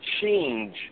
change